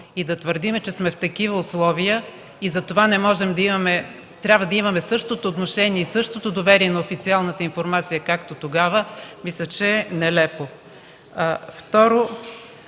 и да твърдим, че сме в такива условия и затова трябва да имаме същото отношение и същото доверие на официалната информация, както тогава, мисля, че е нелепо.